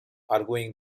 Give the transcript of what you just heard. arguing